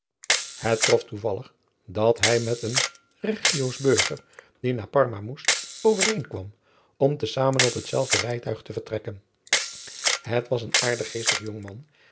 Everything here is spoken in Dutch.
het trof toevallig dat hij met een reggiosch burger die naar parma moest overeenkwam om te zamen op hetzelfde rijtuig te vertrekken het was een aardig geestig jongman